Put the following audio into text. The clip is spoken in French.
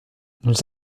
nous